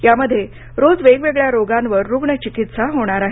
यामध्ये रोज वेगवेगळ्या रोगांवर रुग्णचिकीत्सा होणार आहे